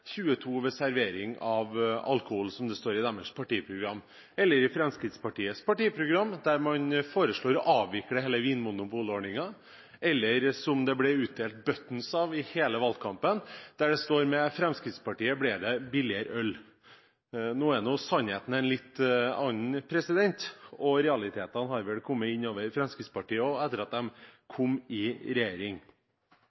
22 for salg av alkohol i butikk, som det står i deres partiprogram, eller som i Fremskrittspartiets partiprogram, der man foreslår å avvikle hele vinmonopolordningen – og under hele valgkampen ble det utdelt «buttons», der det sto: «Øl blir billigere med FrP». Nå er sannheten en litt annen, og realitetene har vel kommet inn over Fremskrittspartiet også etter at